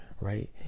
right